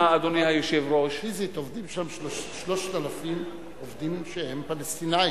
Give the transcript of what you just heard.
פיזית עובדים שם 3,000 עובדים שהם פלסטינים,